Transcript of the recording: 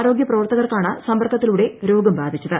ആരോഗ്യ പ്രവർത്തകർക്കാണ് സമ്പർക്കത്തിലൂടെ രോഗം ബാധിച്ചത്